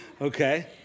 Okay